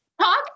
talk